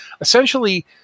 Essentially